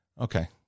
Okay